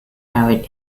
varied